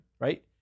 right